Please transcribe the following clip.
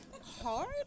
hard